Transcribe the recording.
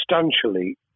substantially